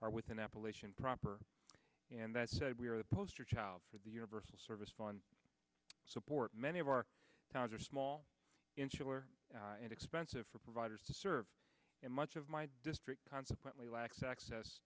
are within appalachian proper and that said we are the poster child for the universal service fund support many of our towns are small insular and expensive for providers to serve in much of my district consequently lacks access